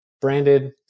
branded